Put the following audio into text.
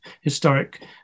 historic